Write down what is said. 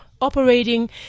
operating